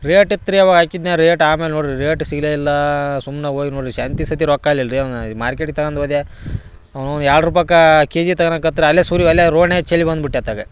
rate ಇತ್ತು ರೀ ಅವು ಹಾಕಿದ್ನ ರೇಟ್ ಆಮೇಲೆ ನೋಡಿರಿ ರೇಟ್ ಸಿಗಲೇ ಇಲ್ಲ ಸುಮ್ನೆ ಹೋಗಿ ನೋಡಿರಿ ಸಂತೆ ಸತಿ ರೊಕ್ಕ ಇರ್ಲಿಲ್ಲ ರೀ ಅವನ್ನ ಮಾರ್ಕೆಟಿಗೆ ತಗೊಂಡು ಹೋದೆ ಅವನ್ನು ಎರಡು ರೂಪಾಯಿಗೆ ಕೆ ಜಿ ತಗೊಳ್ಳಾಕತ್ರೆ ಅಲ್ಲೇ ಸುರಿ ಅಲ್ಲೆ ರೋಡ್ನ್ಯಾಗ ಚೆಲ್ಲಿ ಬಂದ್ಬಿಟ್ಟೆ ಅತ್ತಾಗೆ